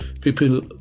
People